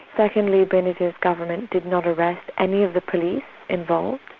secondly, benazir's government did not arrest any of the police involved,